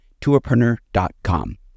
tourpreneur.com